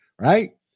right